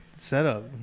Setup